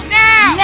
now